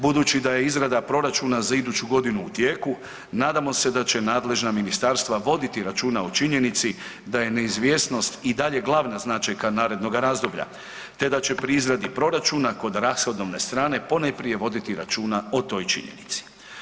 Budući da je izrada proračuna za iduću godinu u tijelu nadamo se da će nadležna ministarstva voditi računa o činjenici da je neizvjesnost i dalje glavna značajka narednoga razdoblja te da će pri izradi proračuna kod rashodovne srane ponajprije voditi računa o toj činjenici.